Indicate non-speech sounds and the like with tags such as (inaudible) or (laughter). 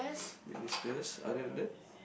(breath) Britney-Spears other than that